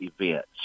events